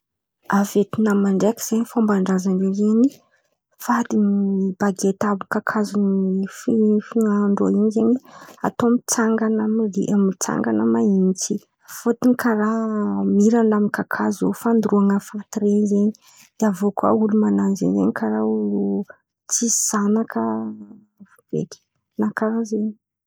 A Vietnam ndraiky zen̈y! Fomban-drazan̈a ndrô zen̈y: fady baget àby kakazo fi- fin̈anan-drô in̈y zen̈y; atao mitsana mo de mitsangan̈a mahitsy. Fotony, karà mira lahin-kakazo fandoroan̈a faty ren̈y zen̈y. Aviô koa olo man̈ano zen̈y zen̈y; karà olo tsisy zanakà feky! Na karà zen̈y.